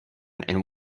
and